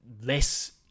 less